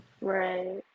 right